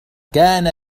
كان